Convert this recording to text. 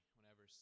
whenever